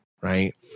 right